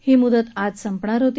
ही मुदत आज संपणार होती